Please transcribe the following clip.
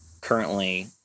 currently